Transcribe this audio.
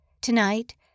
Tonight